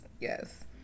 yes